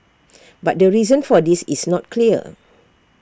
but the reason for this is not clear